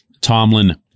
Tomlin